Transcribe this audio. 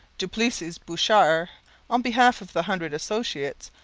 duplessis-bochart, on behalf of the hundred associates,